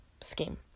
scheme